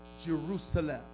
Jerusalem